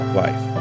life